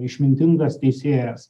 išmintingas teisėjas